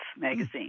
magazine